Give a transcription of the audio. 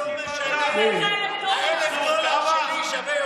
זה לא משנה, ה-1,000 דולר שלי שווה יותר.